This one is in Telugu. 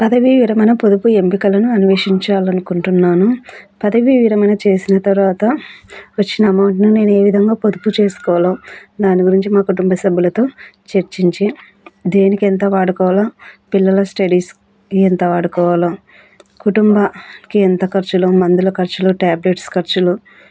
పదవీ విరమణ పొదుపు ఎంపికలను అన్వేషించాలనుకుంటున్నాను పదవీ విరమణ చేసిన తర్వాత వచ్చిన అమౌంట్ను నేను ఏ విధంగా పొదుపు చేసుకోవాలో దాని గురించి మా కుటుంబ సభ్యులతో చర్చించి దేనికి ఎంత వాడుకోవాలో పిల్లల స్టడీస్కి ఎంత వాడుకోవాలో కుటుంబంకి ఎంత ఖర్చులు మందుల ఖర్చలు ట్యాబ్లెట్స్ ఖర్చులు